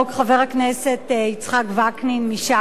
חבר הכנסת יצחק וקנין מש"ס,